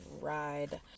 ride